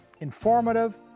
informative